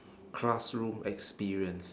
classroom experience